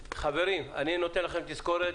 חברים, אני נותן לכם תזכורת.